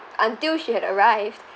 until she had arrived